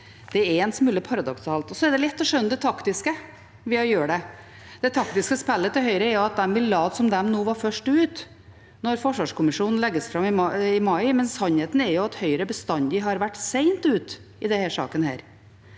Det er en smule paradoksalt. Så er det lett å skjønne det taktiske ved å gjøre det – det taktiske spillet til Høyre er at de vil late som om de var først ute når forsvarskommisjonens rapport legges fram i mai. Men sannheten er at Høyre bestandig har vært sent ute i denne saken.